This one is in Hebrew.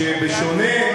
שבשונה,